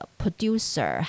producer